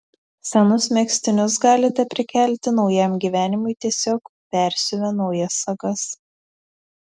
senus megztinius galite prikelti naujam gyvenimui tiesiog persiuvę naujas sagas